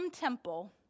temple